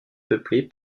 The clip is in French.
peuplés